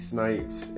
Snipes